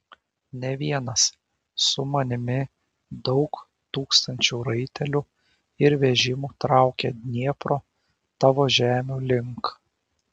ne vienas su manimi daug tūkstančių raitelių ir vežimų traukia dniepro tavo žemių link